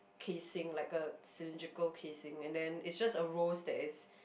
casing like a cylindrical casing and then it's just a rose that is